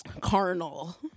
carnal